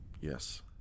Yes